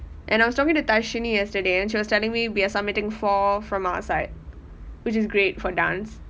and I was talking to tashini yesterday and she was telling me we're submitting four from our side which is great for dance